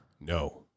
No